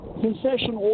concession